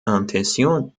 intention